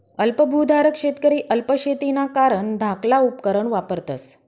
अल्प भुधारक शेतकरी अल्प शेतीना कारण धाकला उपकरणं वापरतस